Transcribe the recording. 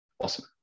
awesome